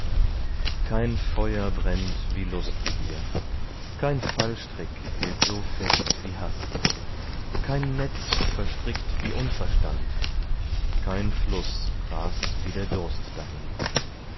kein feuer brennt wie lustbegier kein fallstrick hält so fest wie haß kein netz verstrickt wie unverstand kein fluß rast wie der durst dahin